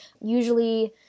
usually